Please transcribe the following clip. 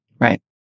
Right